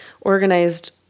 organized